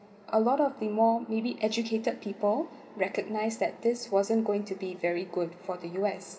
a lot of the more maybe educated people recognised that this wasn't going to be very good for the U_S